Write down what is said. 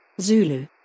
Zulu